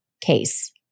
case